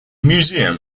museum